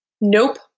nope